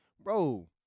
Bro